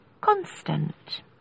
constant